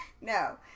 No